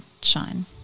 shine